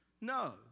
No